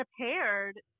prepared